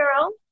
girl